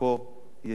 יהי זכרו ברוך.